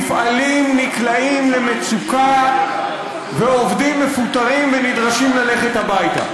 מפעלים נקלעים למצוקה ועובדים מפוטרים ונדרשים ללכת הביתה.